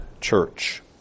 church